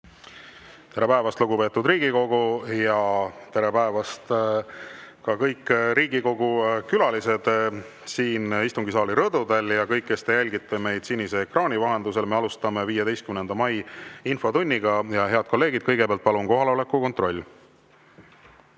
Tere päevast, lugupeetud Riigikogu! Tere päevast ka, kõik Riigikogu külalised siin istungisaali rõdudel ja kõik, kes te jälgite meid sinise ekraani vahendusel! Me alustame 15. mai infotundi. Head kolleegid, kõigepealt palun kohaloleku kontroll.